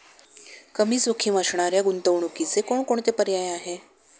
कमी जोखीम असणाऱ्या गुंतवणुकीचे कोणकोणते पर्याय आहे?